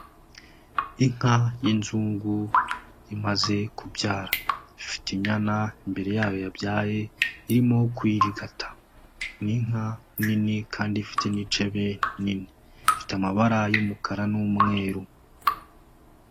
Inka y'inzungu imaze kubyara ifite inyana imbere yayo yabyaye irimo kuyirigata, ni inka nini kandi ifite n'icebe rinini ifite amabara y'umukara n'umweru.